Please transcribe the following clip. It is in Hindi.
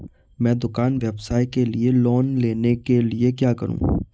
मैं दुकान व्यवसाय के लिए लोंन लेने के लिए क्या करूं?